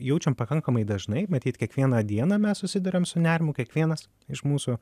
jaučiam pakankamai dažnai matyt kiekvieną dieną mes susiduriam su nerimu kiekvienas iš mūsų